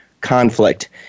conflict